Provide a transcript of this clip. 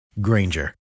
Granger